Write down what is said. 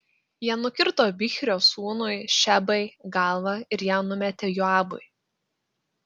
jie nukirto bichrio sūnui šebai galvą ir ją numetė joabui